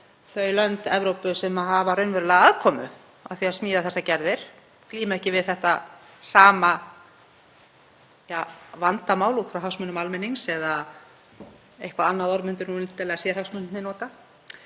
þau lönd Evrópu sem hafa raunverulega aðkomu að því að smíða þessar gerðir glíma ekki við þetta sama vandamál út frá hagsmunum almennings, eða eitthvað annað orð myndu sérhagsmunaaðilar